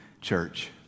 church